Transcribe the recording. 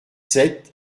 sept